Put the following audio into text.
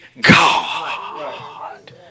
God